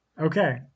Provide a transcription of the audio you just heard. okay